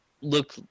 look